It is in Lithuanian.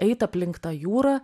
eit aplink tą jūrą